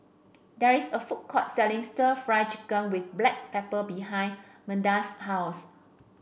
there is a food court selling stir Fry Chicken with Black Pepper behind Meda's house